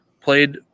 Played